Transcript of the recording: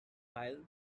while